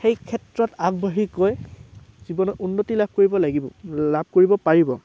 সেই ক্ষেত্ৰত আগবাঢ়ি গৈ জীৱনত উন্নতি লাভ কৰিব লাগিব লাভ কৰিব পাৰিব